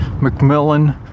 Macmillan